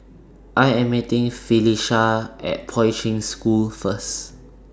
I Am meeting Felisha At Poi Ching School First